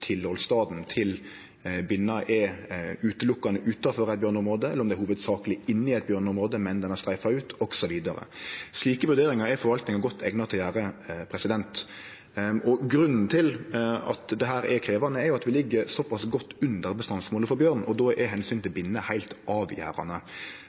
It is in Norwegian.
til binna utelukkande er utanfor eit bjørneområde, eller om det hovudsakleg er inne i eit bjørneområde, men at ho har streifa ut osv. Slike vurderingar er forvaltinga godt eigna til å gjere. Grunnen til at dette er krevjande, er at vi ligg såpass godt under bestandsmålet for bjørn, og då er